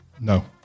no